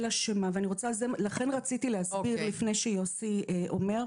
לכן רציתי להסביר לפני שיוסי אומר,